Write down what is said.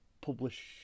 publish